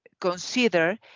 consider